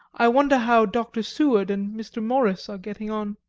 i wonder how dr. seward and mr. morris are getting on.